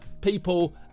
people